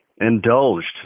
Indulged